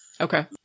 Okay